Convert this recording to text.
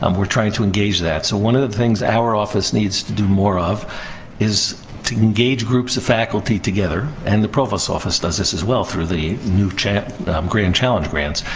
um we're trying to engage that. so, one of the things our office needs to do more of is to engage groups of faculty together. and the provost's office does this, as well, through the new grand challenge grants.